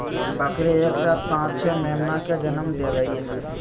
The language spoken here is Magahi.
बकरी एक साथ पांच छो मेमना के जनम देवई हई